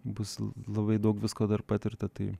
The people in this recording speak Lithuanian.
bus labai daug visko dar patirta tai